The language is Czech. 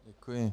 Děkuji.